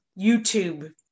YouTube